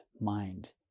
mind